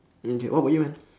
okay what about you man